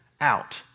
out